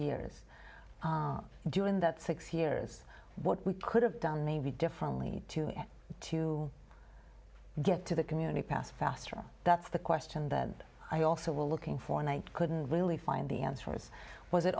years doing that six here is what we could have done maybe differently to get to the community pass faster that's the question that i also will looking for and i couldn't really find the answers was it